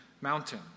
mountain